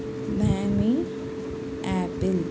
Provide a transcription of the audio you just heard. Miami apple